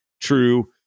True